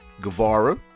Guevara